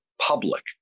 public